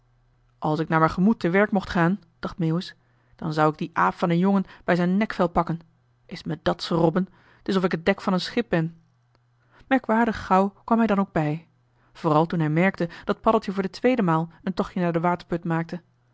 als ik naar m'n gemoed te werk mocht gaan dacht meeuwis dan zou ik dien aap van een jongen bij zijn nekvel pakken is me dat schrobben t is of ik het dek van een schip ben merkwaardig gauw kwam hij dan ook bij vooral toen hij merkte dat paddeltje voor de tweede maal een tochtje naar den waterput maakte